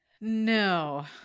No